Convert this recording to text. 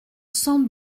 cent